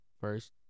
First